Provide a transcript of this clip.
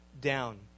down